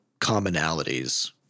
commonalities